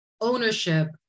ownership